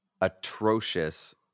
atrocious